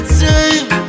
time